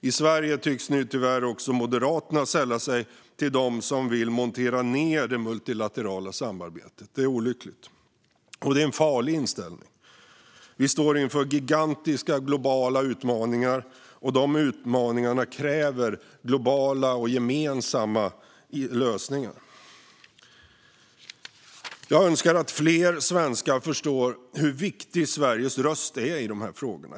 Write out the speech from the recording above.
I Sverige tycks nu, tyvärr, också Moderaterna sälla sig till dem som vill montera ned det multilaterala samarbetet. Det är olyckligt, och det är en farlig inställning. Vi står inför gigantiska globala utmaningar, och de utmaningarna kräver globala och gemensamma lösningar. Jag önskar att fler svenskar förstår hur viktig Sveriges röst är i dessa frågor.